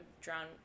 drown